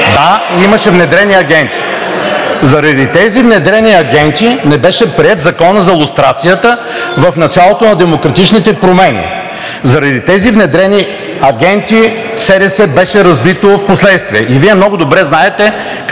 Да, имаше внедрени агенти и заради тези внедрени агенти не беше приет Законът за лустрацията в началото на демократичните промени. Заради тези внедрени агенти СДС беше разбит впоследствие и Вие много добре знаете